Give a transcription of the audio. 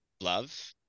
love